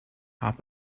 top